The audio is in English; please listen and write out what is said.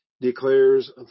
declares